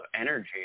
energy